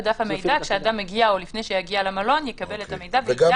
לפני שאדם יגיע למלון הוא יקבל את המידע וידע